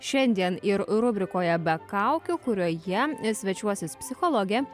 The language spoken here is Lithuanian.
šiandien ir rubrikoje be kaukių kurioje svečiuosis psichologė